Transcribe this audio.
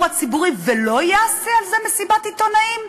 הציבורי ולא יעשה על זה מסיבת עיתונאים?